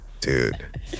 dude